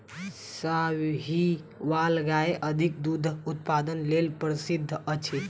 साहीवाल गाय अधिक दूधक उत्पादन लेल प्रसिद्ध अछि